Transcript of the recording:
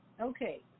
okay